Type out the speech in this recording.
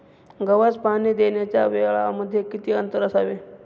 गव्हास पाणी देण्याच्या वेळांमध्ये किती अंतर असावे?